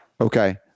okay